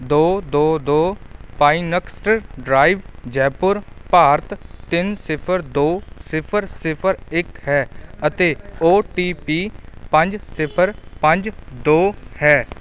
ਦੋ ਦੋ ਦੋ ਪਾਈਨਕਸਟ ਡਰਾਈਵ ਜੈਪੁਰ ਭਾਰਤ ਤਿੰਨ ਸਿਫ਼ਰ ਦੋ ਸਿਫ਼ਰ ਸਿਫ਼ਰ ਇੱਕ ਹੈ ਅਤੇ ਓ ਟੀ ਪੀ ਪੰਜ ਸਿਫ਼ਰ ਪੰਜ ਦੋ ਹੈ